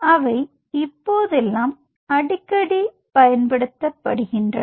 அவை இப்போதெல்லாம் அடிக்கடி பயன்படுத்தப்படுகின்றன